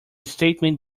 statement